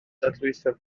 dadlwytho